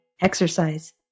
exercise